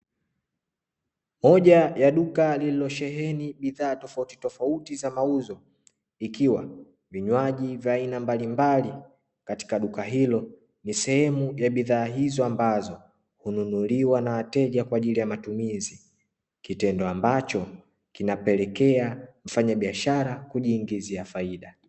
Moja ya duka lililosheheni bidhaa tofautitofauti za mauzo. Ikiwa vinywaji vya aina mbalimbali katika duka hilo, ni sehemu ya bidhaa hizo ambazo hununuliwa na wateja kwa ajili ya matumizi. Kitendo ambacho kinapelekea mfanyabiashara kujiingizia faida.